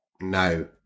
No